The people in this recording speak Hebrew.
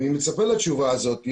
אני מצפה לתשובה הזאת.